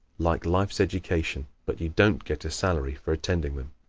like life's education, but you don't get a salary for attending them.